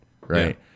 right